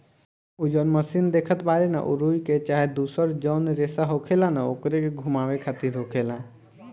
उ जौन मशीन देखत बाड़े न उ रुई के चाहे दुसर जौन रेसा होखेला न ओकरे के घुमावे खातिर होखेला